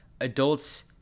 adults